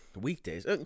weekdays